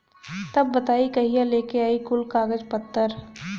तब बताई कहिया लेके आई कुल कागज पतर?